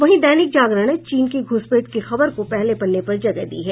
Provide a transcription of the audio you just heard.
वहीं दैनिक जागरण चीन की घुसपेठ की खबर को पहले पन्ने पर जगह दी है